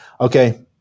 Okay